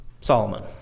Solomon